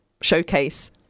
showcase